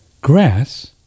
grass